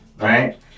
right